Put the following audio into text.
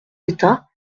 d’état